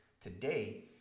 today